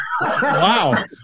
Wow